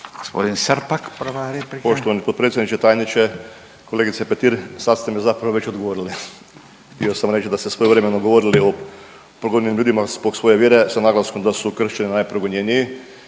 **Srpak, Dražen (HDZ)** Poštovani potpredsjedniče i tajniče. Kolegice Petir, sad ste mi zapravo već odgovorili, htio sam reć da ste svojevremeno govorili o progonjenim ljudima zbog svoje vjere sa naglaskom da su kršćani najprogonjeniji,